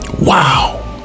Wow